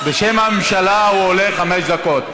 בשם הממשלה הוא עולה חמש דקות.